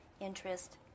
interest